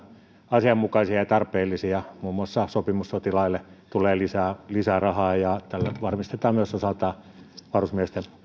asianmukaisia ja tarpeellisia muun muassa sopimussotilaille tulee lisää lisää rahaa ja tällä varmistetaan myös osaltaan varusmiesten